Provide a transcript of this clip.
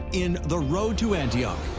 in the road to antioch,